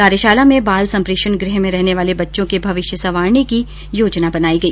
कार्यशाला में बाल संप्रेषण गृह में रहने वाले बच्चों के भविष्य संवारने की योजना बनाई गई